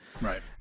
Right